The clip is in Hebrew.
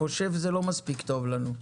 "חושב" זה לא מספיק טוב לנו.